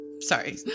Sorry